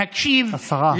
להקשיב, השרה,